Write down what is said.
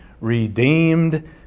redeemed